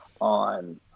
on